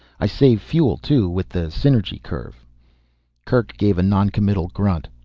i save fuel too, with the synergy curve kerk gave a noncommittal grunt.